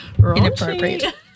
Inappropriate